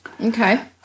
Okay